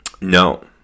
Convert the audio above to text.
No